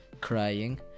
crying